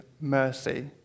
mercy